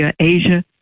Asia